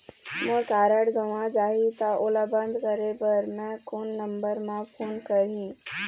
मोर card गंवा जाही त ओला बंद करें बर मैं कोन नंबर म फोन करिह?